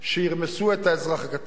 שירמסו את האזרח הקטן.